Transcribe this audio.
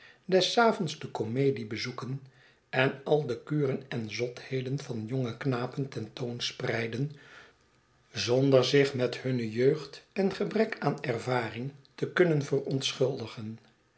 des avonds de komedie bezoeken en al de kuren en zotheden van jonge knapen ten toon spreiden zonder zich met hunne jeugd en gebrek aan ervaring te kunnen verontschuldigen